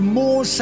more